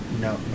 no